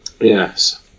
yes